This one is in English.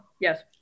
Yes